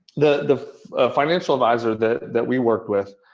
the the financial advisor that that we worked with.